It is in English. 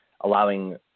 allowing